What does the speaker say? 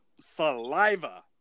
saliva